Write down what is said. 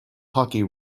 hockey